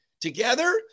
together